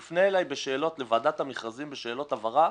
היא תפנה לוועדת המכרזים בשאלות הבהרה,